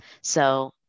So-